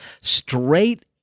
Straight